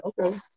okay